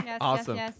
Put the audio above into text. awesome